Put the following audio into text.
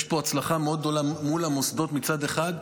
יש פה הצלחה מאוד גדולה מול המוסדות, מצד אחד.